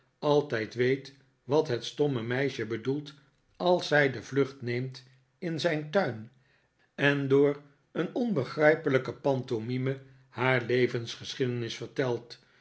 altijd weet wat het stomme meisje bedoelt als zij de vlucht neemt in zijn tuin en door een onbegrijpelijke pantomime haar levensgeschiedenis vertelt